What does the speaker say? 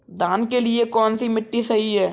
धान के लिए कौन सी मिट्टी सही है?